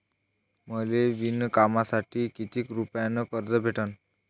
मले विणकामासाठी किती रुपयानं कर्ज भेटन?